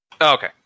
okay